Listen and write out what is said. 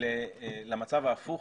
למצב ההפוך